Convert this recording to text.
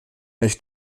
než